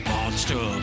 Monster